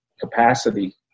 capacity